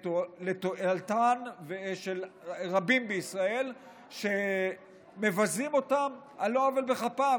לתועלתם של רבים בישראל שמבזים אותם על לא עוול בכפם,